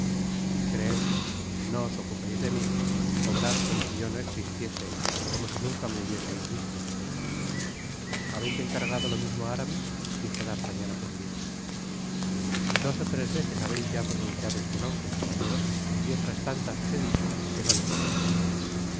creedme no os ocupeis de mi obrad como si yo no existiese como si nunca me hubieseis visto habeis encargado lo mismo á aramis dijo d'artagnan ofendido dos ó tres veces habeis ya pronunciado este nombre caballero y otras tantas os he dicho que no le conocia